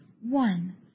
one